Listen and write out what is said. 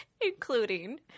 including